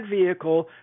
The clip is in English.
vehicle